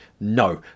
no